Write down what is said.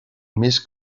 més